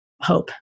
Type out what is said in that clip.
hope